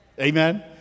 Amen